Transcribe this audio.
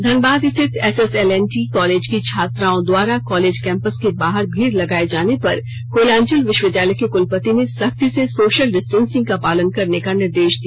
धनबाद स्थित SSLNT college की छात्राओं द्वारा कॉलेज कैंपस के बाहर भीड़ लगाए जाने पर कोयलांचल विश्वविद्यालय के कुलपति ने सख्ती से सोशल डिस्टेंसिंग का पालन करने का निर्देश दिया